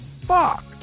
fuck